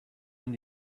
and